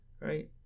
right